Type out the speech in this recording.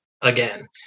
again